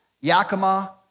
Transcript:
Yakima